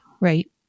right